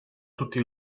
tutti